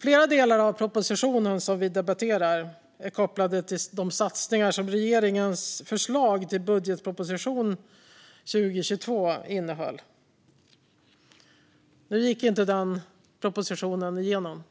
Flera delar i den proposition som vi debatterar är kopplade till de satsningar som regeringens förslag till budgetproposition för 2022 innehöll. Nu gick inte den propositionen igenom, eftersom